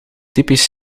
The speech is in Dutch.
typisch